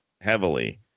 heavily